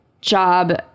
job